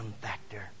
factor